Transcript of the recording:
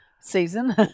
season